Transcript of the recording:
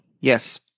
Yes